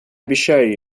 обещаю